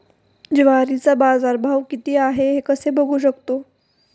ज्वारीचा बाजारभाव किती आहे कसे बघू शकतो?